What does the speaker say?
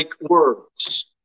words